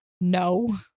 No